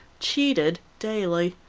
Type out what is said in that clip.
cheated daily.